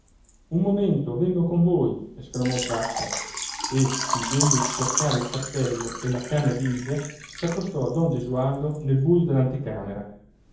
un momento vengo con voi esclamò zacco e fingendo di cercare il cappello e la canna d'india s'accostò a don gesualdo nel buio dell'anticamera